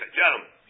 gentlemen